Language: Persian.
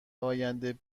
آینده